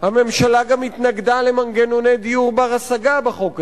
הממשלה גם התנגדה למנגנוני דיור בר-השגה בחוק הזה,